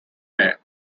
mayer